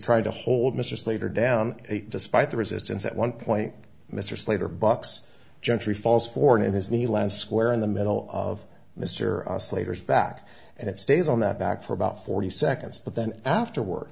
trying to hold mr slater down despite the resistance at one point mr slater bucks gentry falls for an in his knee lands square in the middle of mr slater's back and it stays on that back for about forty seconds but then afterward